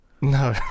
No